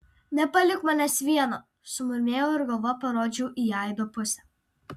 nepalik manęs vieno sumurmėjau ir galva parodžiau į aido pusę